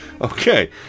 Okay